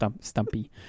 stumpy